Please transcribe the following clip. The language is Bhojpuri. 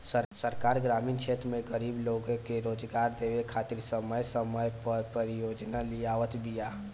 सरकार ग्रामीण क्षेत्र में गरीब लोग के रोजगार देवे खातिर समय समय पअ परियोजना लियावत बिया